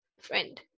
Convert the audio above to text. Friend